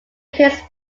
appears